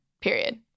period